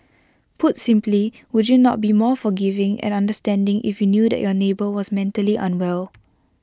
put simply would you not be more forgiving and understanding if you knew that your neighbour was mentally unwell